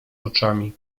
oczami